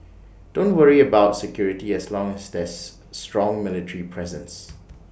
don't worry about security as long as there's strong military presence